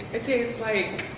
it tastes like